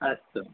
अस्तु